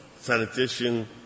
Sanitation